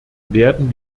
werden